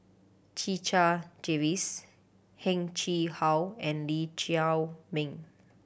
Checha Davies Heng Chee How and Lee Chiaw Meng